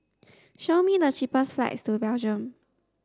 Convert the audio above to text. show me the cheapest flights to Belgium